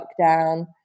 lockdown